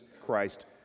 Christ